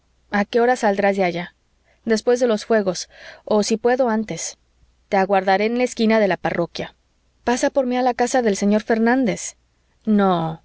a qué hora saldrás de allá después de los fuegos o si puedo antes te aguardaré en la esquina de la parroquia pasa por mí a la casa del señor fernández no